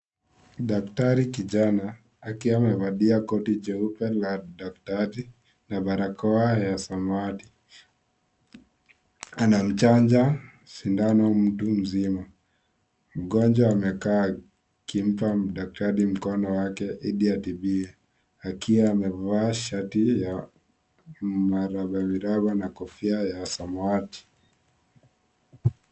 Daktari kijana akiwa amevalia koti jeupe la daktari na barakoa ya samawati. Anamchanja sindano mtu mzima. Mgonjwa amekaa akimpa daktari mkono wake ili atibiwe, akiwa amevaa shati ya miraba, miraba na kofia ya samawati.